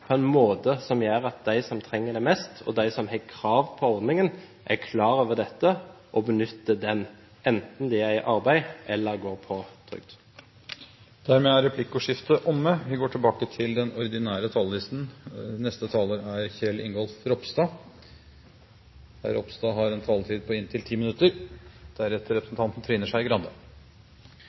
på en måte som gjør at de som trenger det mest, og de som har krav på ordningen, er klar over dette og benytter den, enten de er i arbeid eller går på trygd. Dermed er replikkordskiftet omme. I dag vedtar Stortinget en svært viktig reform. Den har blitt til etter mange års arbeid og samarbeid med «pensjonskameratene». Uføretrygden er sikkerhetsnettet som tar vare på